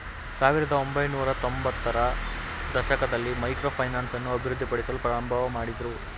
ಸಾವಿರದ ಒಂಬೈನೂರತ್ತೊಂಭತ್ತ ರ ದಶಕದಲ್ಲಿ ಮೈಕ್ರೋ ಫೈನಾನ್ಸ್ ಅನ್ನು ಅಭಿವೃದ್ಧಿಪಡಿಸಲು ಪ್ರಾರಂಭಮಾಡಿದ್ರು